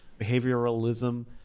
behavioralism